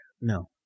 No